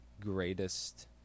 greatest